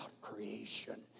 creation